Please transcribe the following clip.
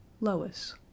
Lois